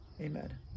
Amen